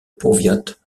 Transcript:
powiat